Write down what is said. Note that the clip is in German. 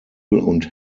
und